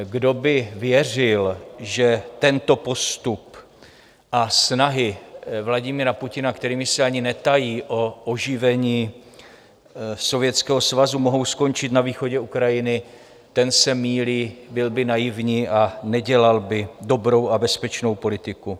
Kdo by věřil, že tento postup a snahy Vladimira Putina, kterými se ani netají, o oživení Sovětského svazu mohou skončit na východě Ukrajiny, ten se mýlí, byl by naivní a nedělal by dobrou a bezpečnou politiku.